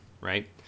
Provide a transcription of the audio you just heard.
right